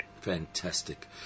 Fantastic